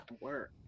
work